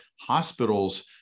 hospitals